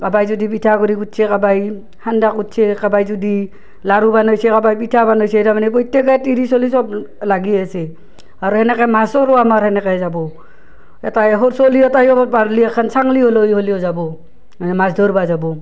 কাবাই যদি পিঠাগুড়ি কুটছে কাবাই সান্দাহ কুটছে কাবাই যদি লাড়ু বানাইছে কাবাই পিঠা বানাইছে তাৰমানে প্ৰত্যেকে তিৰি চ'লি চব লাগি আছে আৰু সেনেকে মাছৰো আমাৰ সেনেকে যাব এটাই সৰু চ'লি এটাইও পাৰলি এখেন চাংলী লৈ হ'লিও যাব মাছ ধৰবা যাব